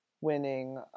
winning